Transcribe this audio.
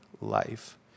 life